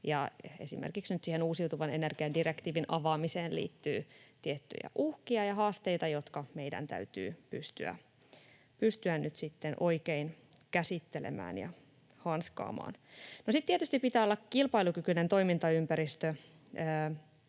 siihen uusiutuvan energian direktiivin avaamiseen liittyy tiettyjä uhkia ja haasteita, jotka meidän täytyy pystyä nyt oikein käsittelemään ja hanskaamaan. No, sitten tietysti pitää olla kilpailukykyinen toimintaympäristö